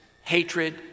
hatred